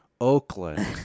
Oakland